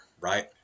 right